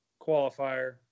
qualifier